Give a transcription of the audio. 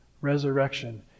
resurrection